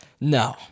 no